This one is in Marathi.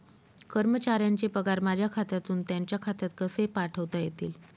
कर्मचाऱ्यांचे पगार माझ्या खात्यातून त्यांच्या खात्यात कसे पाठवता येतील?